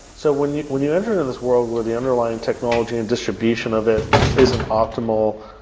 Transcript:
so when when you enter into this world where the underlying technology and distribution of it is an optimal,